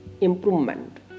improvement